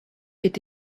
est